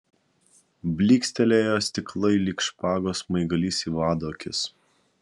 blykstelėjo stiklai lyg špagos smaigalys į vado akis